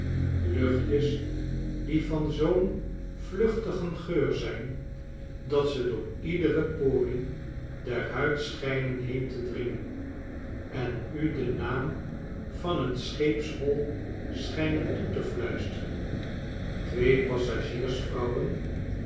luchtjes die van zoo'n vluchtigen geur zijn dat ze door iedere porie der huid schijnen heen te dringen en u den naam van t scheepshol schijnen toe te fluisteren twee